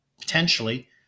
potentially